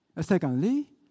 Secondly